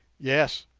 yes,